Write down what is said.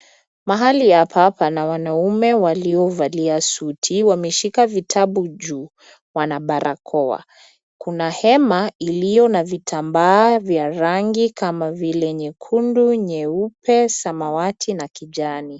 Mahali hapa pana wanaume waliovalia suti, wameshika vitabu juu, wana barakoa. Kuna hema iliona vitambaa vya rangi kama vile nyekundu, nyeupe, samawati na kijani.